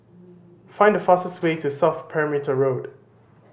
find the fastest way to South Perimeter Road